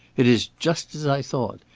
it is just as i thought.